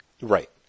Right